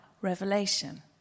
revelation